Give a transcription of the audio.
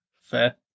fair